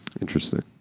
Interesting